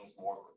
more